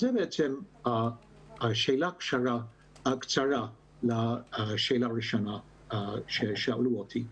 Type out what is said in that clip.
זו התשובה הקצרה לשאלה הראשונה ששאלו אותי.